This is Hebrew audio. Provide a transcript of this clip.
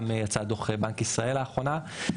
גם יצא דו״ח מבנק ישראל לאחרונה,